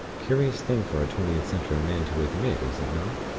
curious thing for a twentieth century man to admit, is it not?